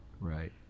Right